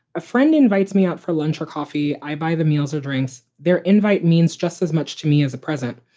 a friend invites me out for lunch or coffee. i buy the meals or drinks there. invite means just as much to me as a present.